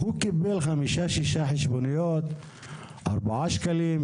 הוא קיבל חמש-שש חשבוניות בסכום של 4 שקלים,